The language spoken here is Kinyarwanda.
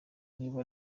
niba